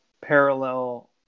parallel